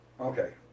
Okay